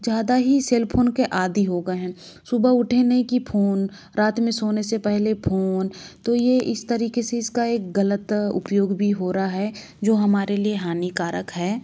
ज़्यादा ही cell phone के आदि हो गए हैं सुबह उठ नहीं कि फोन रात में सोने से पहले फोन तो ये इस तरीके से इसका एक गलत उपयोग भी हो रहा है जो हमारे लिए हानिकारक है